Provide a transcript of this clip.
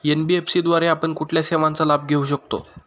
NBFC द्वारे आपण कुठल्या सेवांचा लाभ घेऊ शकतो?